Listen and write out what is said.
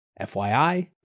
FYI